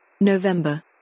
November